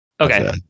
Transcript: Okay